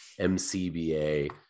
MCBA